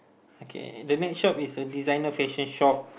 okay the next shop is a designer fashion shop